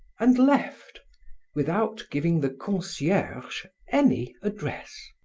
and left without giving the concierge any address.